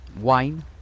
wine